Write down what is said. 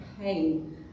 pain